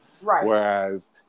Whereas